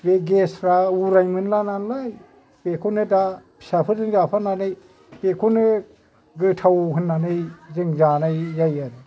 बे गेसफ्रा उरायनो मोनला नालाय बेखौनो दा फिसाफोरजों जाफानानै बेखौनो गोथाव होननानै जों जानाय जायो आरो